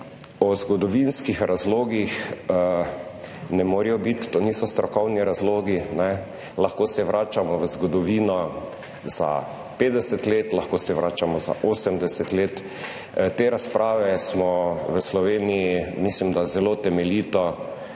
O zgodovinskih razlogih ne morejo biti, to niso strokovni razlogi lahko se vračamo v zgodovino za 50 let lahko se vračamo za 80 let. Te razprave smo v Sloveniji mislim, da zelo temeljito 46.